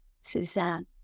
Suzanne